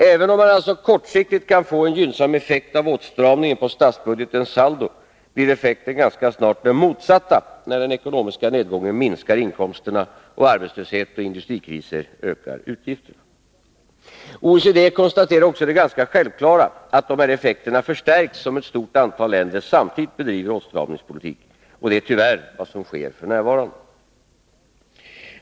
Även om man kortsiktigt får en gynnsam effekt av åtstramningen på statsbudgetens saldo, blir effekten ganska snart den motsatta, när den ekonomiska nedgången minskar inkomsterna och arbetslöshet och industrikriser ökar utgifterna. OECD konstaterar också det ganska självklara att de här effekterna förstärks, om ett stort antal länder samtidigt bedriver åtstramningspolitik. Och det är tyvärr vad som sker f. n.